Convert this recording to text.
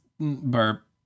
burp